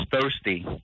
thirsty